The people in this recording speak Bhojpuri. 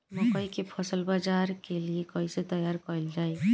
मकई के फसल बाजार के लिए कइसे तैयार कईले जाए?